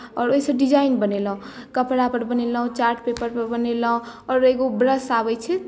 आओर ओहिसँ डिजाइन बनेलहुँ कपड़ापर बनेलहुँ चार्ट पेपरपर बनेलहुँ आओर एगो ब्रश आबैत छै